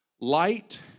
light